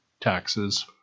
taxes